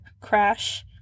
crash